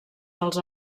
dels